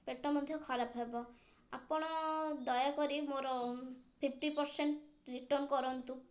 ପେଟ ମଧ୍ୟ ଖରାପ ହେବ ଆପଣ ଦୟାକରି ମୋର ଫିପ୍ଟି ପରସେଣ୍ଟ୍ ରିଟର୍ନ କରନ୍ତୁ